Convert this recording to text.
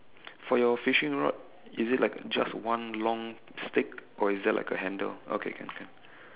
for your fishing rod is it like just one long stick or is there like a handle okay can can